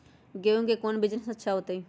गेंहू के कौन बिजनेस अच्छा होतई?